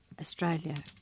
Australia